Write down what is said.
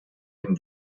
dem